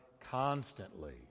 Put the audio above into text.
constantly